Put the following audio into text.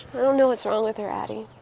i don't know what's wrong with her, addie.